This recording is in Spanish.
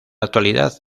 actualidad